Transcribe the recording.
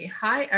hi